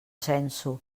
sensu